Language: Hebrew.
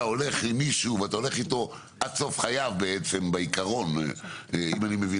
הולך עם מישהו ואתה הולך איתו עד סוף חייו אם אני מבין